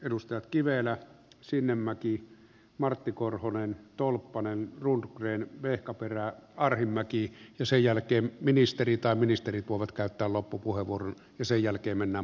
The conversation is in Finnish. edustajat kivelä sinnemäki martti korhonen tolppanen rundgren vehkaperä arhinmäki ja sen jälkeen ministeri tai ministerit voivat käyttää loppupuheenvuoron ja sen jälkeen mennään puhujalistaan